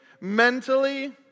mentally